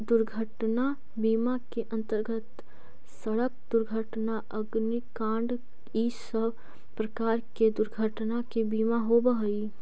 दुर्घटना बीमा के अंतर्गत सड़क दुर्घटना अग्निकांड इ सब प्रकार के दुर्घटना के बीमा होवऽ हई